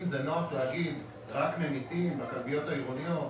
זה נוח להגיד "רק ממיתים בכלביות העירוניות".